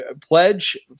pledge